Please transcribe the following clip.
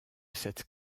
cette